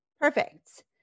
perfect